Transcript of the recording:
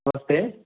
नमस्ते